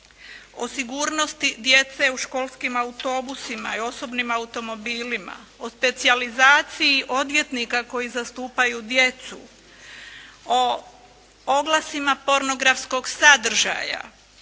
o sigurnosti djece u školskim autobusima i osobnim automobilima, o specijalizaciji odvjetnika koji zastupaju djecu, o oglasima pornografskog sadržaja,